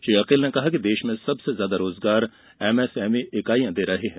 श्री अकील ने कहा कि देश में सबसे ज्यादा रोजगार एमएसएमई इकाईयां दे रही है